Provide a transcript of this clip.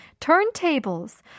Turntables